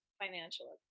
financial